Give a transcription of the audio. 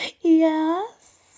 yes